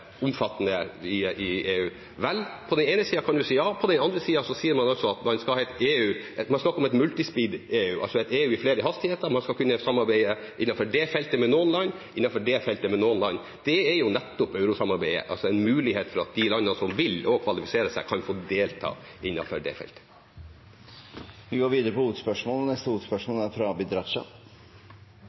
omfattende i EU – vel, på den ene siden kan man si ja, på den andre siden sier man at man skal ha et «multi-speed»-EU, altså et EU i flere hastigheter. Man skal kunne samarbeide innenfor dét feltet med noen land, og innenfor dét feltet med noen land. Det er jo nettopp eurosamarbeidet – altså en mulighet for at de landene som vil og kvalifiserer seg, kan få delta innenfor det feltet. Vi går til neste hovedspørsmål. Terroren har rammet Manchester. Ondskapen, brutaliteten og